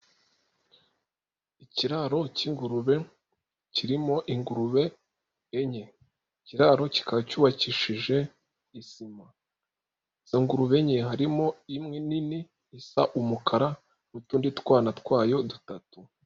Ikiraro cy'ingurube kirimo ingurube enye. Ikiraro kikaba cyubakishije isima. Izo ngurube enye harimo imwe nini isa umukara n'utundi twana twayo dutatu.